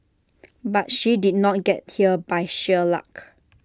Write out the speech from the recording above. but she did not get here by sheer luck